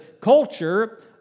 culture